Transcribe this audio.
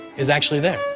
is actually there.